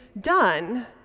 done